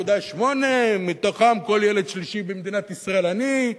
1.8, מתוכם כל ילד שלישי במדינת ישראל עני.